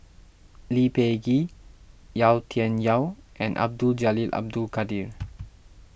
Lee Peh Gee Yau Tian Yau and Abdul Jalil Abdul Kadir